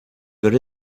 good